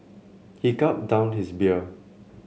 he gulped down his beer